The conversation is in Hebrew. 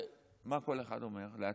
ומה כל אחד אומר לעצמו?